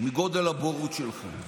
מגודל הבורות שלך.